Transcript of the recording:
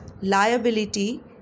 liability